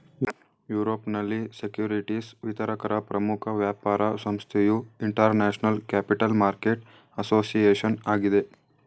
ಯುರೋಪ್ನಲ್ಲಿ ಸೆಕ್ಯೂರಿಟಿಸ್ ವಿತರಕರ ಪ್ರಮುಖ ವ್ಯಾಪಾರ ಸಂಸ್ಥೆಯು ಇಂಟರ್ನ್ಯಾಷನಲ್ ಕ್ಯಾಪಿಟಲ್ ಮಾರ್ಕೆಟ್ ಅಸೋಸಿಯೇಷನ್ ಆಗಿದೆ